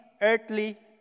earthly